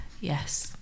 yes